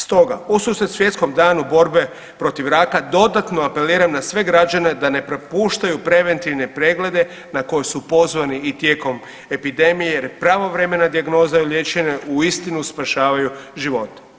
Stoga ususret Svjetskom danu borbe protiv raka, dodatno apeliram na sve građane da ne propuštaju preventivne preglede na koje su pozvani i tijekom epidemije jer pravovremena dijagnoza i liječenje uistinu spašavaju živote.